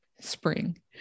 spring